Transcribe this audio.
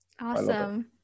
Awesome